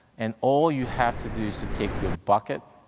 and all you have to do is to take your bucket,